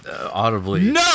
audibly